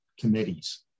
committees